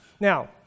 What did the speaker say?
Now